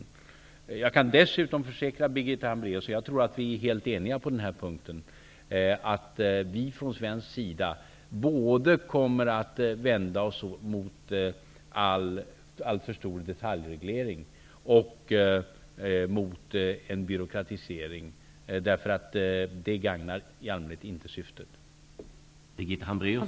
Dessutom kan jag försäkra Birgitta Hambraeus -- och jag tror att vi är helt eniga på denna punkt -- om att vi från svensk sida kommer att vända oss både mot en alltför stor detaljreglering och mot en byråkratisering som i allmänhet inte gagnar syftet.